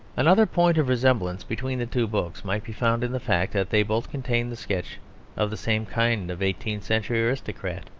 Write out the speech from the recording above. another point of resemblance between the two books might be found in the fact that they both contain the sketch of the same kind of eighteenth-century aristocrat,